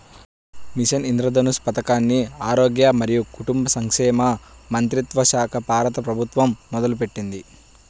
machine Indradhanush పథకాన్ని ఆరోగ్య మరియు కుటుంబ సంక్షేమ మంత్రిత్వశాఖ, భారత ప్రభుత్వం మొదలుపెట్టింది